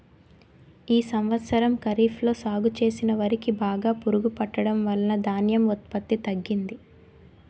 ఈ సంవత్సరం ఖరీఫ్ లో సాగు చేసిన వరి కి బాగా పురుగు పట్టడం వలన ధాన్యం ఉత్పత్తి తగ్గింది